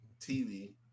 TV